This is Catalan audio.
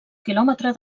quilòmetre